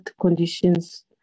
conditions